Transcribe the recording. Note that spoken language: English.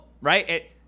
Right